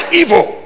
evil